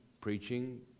preaching